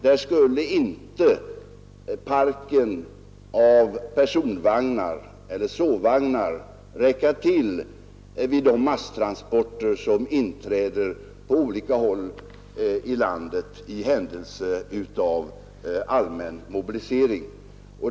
Där skulle inte parken av personvagnar eller sovvagnar räcka till vid de masstransporter som inträder på olika håll i landet i händelse av allmän mobilisering.